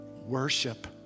worship